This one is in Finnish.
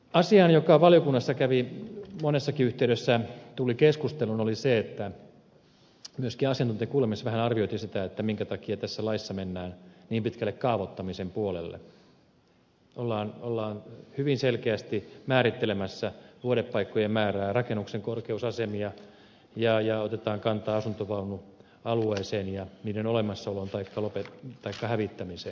asia joka valiokunnassa hyvin monessakin yhteydessä tuli keskusteluun oli se että myöskin asiantuntijakuulemisessa vähän arvioitiin sitä minkä takia tässä laissa mennään niin pitkälle kaavoittamisen puolelle ollaan hyvin selkeästi määrittelemässä vuodepaikkojen määrää rakennuksen korkeusasemia ja otetaan kantaa asuntovaunualueeseen ja sen olemassaoloon taikka hävittämiseen